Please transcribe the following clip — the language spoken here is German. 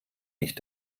nicht